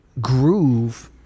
groove